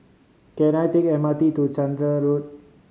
can I take M R T to Chander Road